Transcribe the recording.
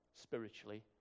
spiritually